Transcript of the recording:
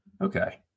Okay